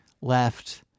left